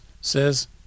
says